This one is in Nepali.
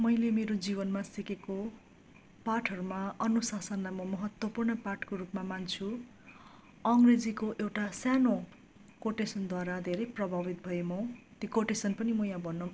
मैले मेरो जीवनमा सिकेको पाठहरूमा अनुशासनलाई म महत्त्वपूर्ण पाठको रूपमा मान्छु अङ्ग्रेजीको एउटा सानो कोटेसनद्वारा धेरै प्रभावित भए म त्यो कोटेसन पनि म यहाँ भन्न